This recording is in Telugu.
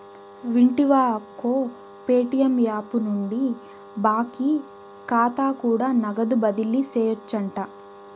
వింటివా అక్కో, ప్యేటియం యాపు నుండి బాకీ కాతా కూడా నగదు బదిలీ సేయొచ్చంట